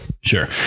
Sure